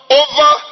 over